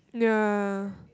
yeah